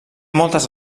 moltes